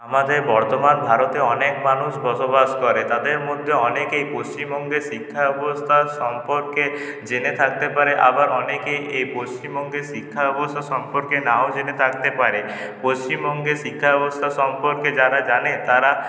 আমাদের বর্তমান ভারতে অনেক মানুষ বসবাস করে তাদের মধ্যে অনেকেই পশ্চিমবঙ্গের শিক্ষাব্যবস্থার সম্পর্কে জেনে থাকতে পারে আবার অনেকেই এই পশ্চিমবঙ্গের শিক্ষাব্যবস্থা সম্পর্কে নাও জেনে থাকতে পারে পশ্চিমবঙ্গের শিক্ষাব্যবস্থা সম্পর্কে যারা জানে তারা